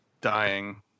dying